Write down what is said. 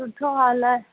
सुठो हाल आहे